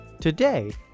Today